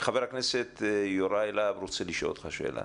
חבר הכנסת יוראי להב הרצנו רוצה לשאול אותך שאלה.